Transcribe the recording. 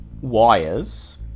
wires